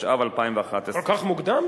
התשע"ב 2011. כל כך מוקדם?